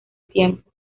tiempo